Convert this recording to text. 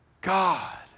God